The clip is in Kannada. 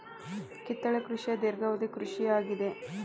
ಕಿತ್ತಳೆ ಕೃಷಿಯ ಧೇರ್ಘವದಿ ಕೃಷಿ ಆಗಿದೆ